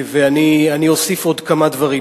ואני אוסיף עוד כמה דברים.